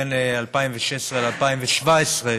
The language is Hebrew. בין 2016 ל-2017,